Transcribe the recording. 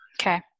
Okay